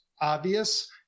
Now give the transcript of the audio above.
obvious